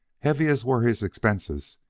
heavy as were his expenses,